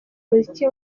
umuziki